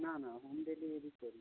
না না home delivery করি না